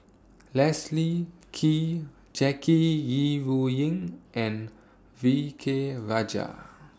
Leslie Kee Jackie Yi Ru Ying and V K Rajah